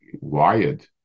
wired